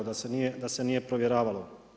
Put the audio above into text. Da se nije provjeravalo?